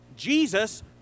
Jesus